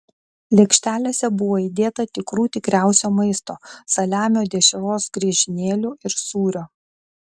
lėkštelėse buvo įdėta tikrų tikriausio maisto saliamio dešros griežinėlių ir sūrio